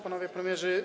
Panowie Premierzy!